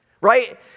Right